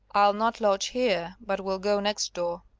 i'll not lodge here, but will go next door.